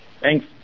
Thanks